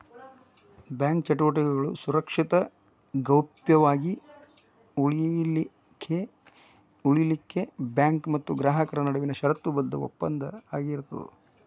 bank ಚಟುವಟಿಕೆಗಳು ಸುರಕ್ಷಿತ ಗೌಪ್ಯ ವಾಗಿ ಉಳಿಲಿಖೆಉಳಿಲಿಕ್ಕೆ ಬ್ಯಾಂಕ್ ಮತ್ತ ಗ್ರಾಹಕರ ನಡುವಿನ ಷರತ್ತುಬದ್ಧ ಒಪ್ಪಂದ ಆಗಿರ್ತದ